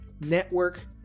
network